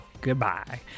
Goodbye